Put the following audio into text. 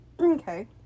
okay